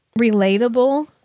relatable